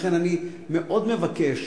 לכן, אני מאוד מבקש